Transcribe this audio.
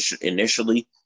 Initially